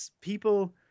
People